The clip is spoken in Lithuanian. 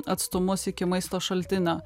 atstumus iki maisto šaltinio